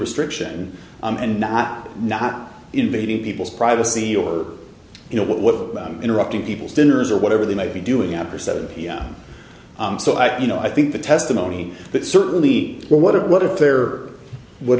restriction and not not invading people's privacy or you know what about interrupting people's dinners or whatever they might be doing after seven pm so i you know i think the testimony but certainly well what if what if there would